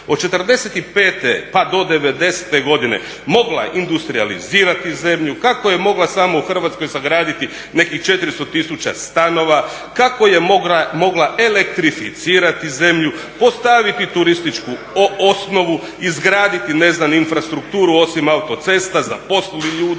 od '45. pa do '90. godine mogla industrijalizirati zemlju, kako je mogla samo u Hrvatskoj sagraditi nekih 400 tisuća stanova, kako je mogla elektrificirati zemlju, postaviti turističku osnovu, izgraditi infrastrukturu osim autocesta, zaposlili ljude,